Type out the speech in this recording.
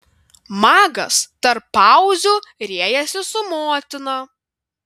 magas tarp pauzių riejasi su motina